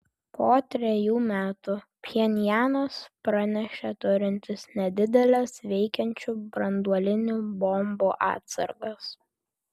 po trejų metų pchenjanas pranešė turintis nedideles veikiančių branduolinių bombų atsargas